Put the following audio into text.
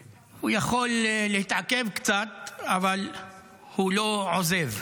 ) הוא יכול להתעכב קצת, אבל הוא לא עוזב.